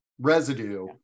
residue